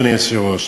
אדוני היושב-ראש.